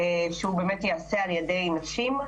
חשוב שהוא באמת ייעשה על ידי נשים.